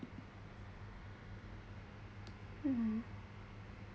mm